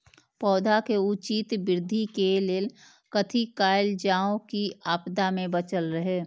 पौधा के उचित वृद्धि के लेल कथि कायल जाओ की आपदा में बचल रहे?